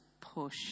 push